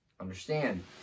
understand